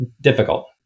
difficult